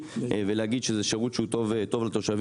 ולהגיד שזה שירות שהוא טוב לתושבים.